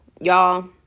y'all